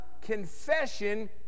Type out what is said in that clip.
confession